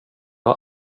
har